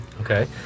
Okay